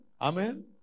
Amen